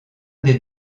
des